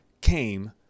came